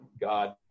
God